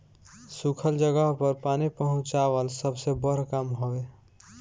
सुखल जगह पर पानी पहुंचवाल सबसे बड़ काम हवे